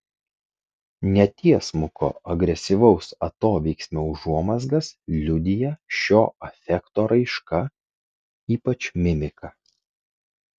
netiesmuko agresyvaus atoveiksmio užuomazgas liudija šio afekto raiška ypač mimika